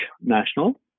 national